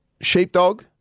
sheepdog